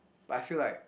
but I feel like